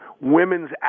women's